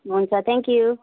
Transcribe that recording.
हुन्छ thank you